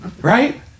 right